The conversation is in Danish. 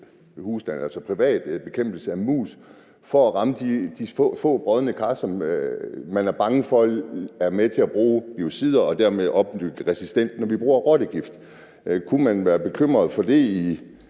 altså privat bekæmpelse af mus, for at ramme de få brodne kar, som man er bange for er med til at bruge biocider og dermed opbygge resistens, når vi bruger rottegift. Kunne man være bekymret for det i